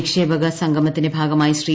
നിക്ഷേപക സംഗമത്തിന്റെ ഭാഗമായി ശ്രീ